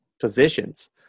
positions